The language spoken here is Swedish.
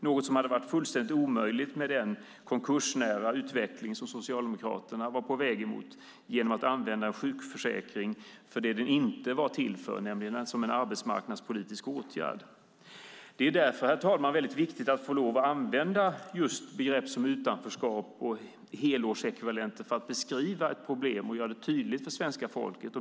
Detta hade varit fullständigt omöjligt med den konkursnära utveckling som Socialdemokraterna var på väg emot genom att använda sjukförsäkringen till det som den inte var till för, nämligen som en arbetsmarknadspolitisk åtgärd. Herr talman! Därför är det mycket viktigt att få lov att använda just begrepp som utanförskap och helårsekvivalenter för att beskriva ett problem och göra det tydligt för svenska folket.